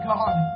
God